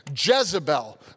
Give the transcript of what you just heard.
Jezebel